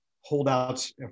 holdouts